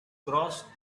cross